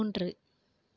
மூன்று